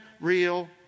real